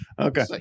okay